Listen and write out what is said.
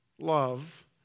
Love